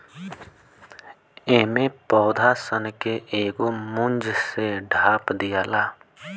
एमे पौधा सन के एगो मूंज से ढाप दियाला